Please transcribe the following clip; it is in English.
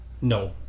no